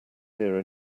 hear